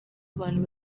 abantu